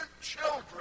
children